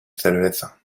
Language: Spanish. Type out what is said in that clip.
cerveza